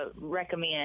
recommend